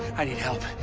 i need help.